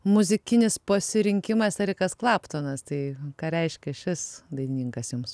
muzikinis pasirinkimas erikas klaptonas tai ką reiškia šis dainininkas jums